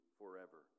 forever